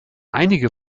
einige